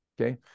Okay